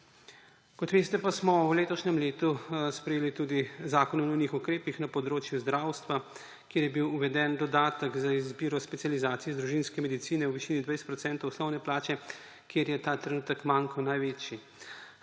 Kot veste, pa smo v letošnjem letu sprejeli tudi Zakon o nujnih ukrepih na področju zdravstva, kjer je bil uveden dodatek za izbiro specializacij iz družinske medicine v višini 20 procentov osnovne plače, kjer je ta trenutek manko največji.